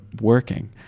working